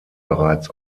bereits